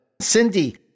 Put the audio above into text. Cindy